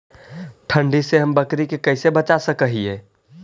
ठंडी से हम बकरी के कैसे बचा सक हिय?